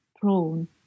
prone